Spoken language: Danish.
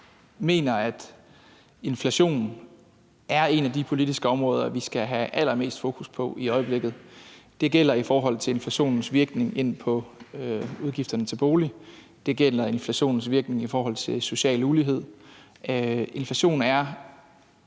mener, at inflationen er et af de politiske områder, vi skal have allermest fokus på i øjeblikket. Det gælder i forhold til inflationens virkning ind på udgifterne til bolig. Det gælder inflationens virkning i forhold til social ulighed. Det er